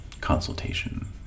consultation